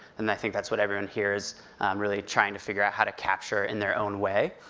and i think that's what everyone here is really trying to figure out how to capture in their own way.